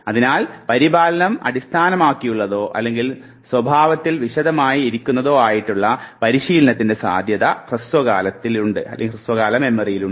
അതിനാൽ പരിപാലനം അടിസ്ഥാനമാക്കിയുള്ളതോ അല്ലെങ്കിൽ സ്വഭാവത്തിൽ വിശദമായി ഇരിക്കുന്നതോ ആയിട്ടുള്ള പരിശീലനത്തിൻറെ സാധ്യത ഹ്രസ്വകാലത്തിലുണ്ട്